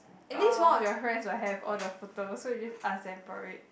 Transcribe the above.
at least one of your friends will have all the photo so you just ask them for it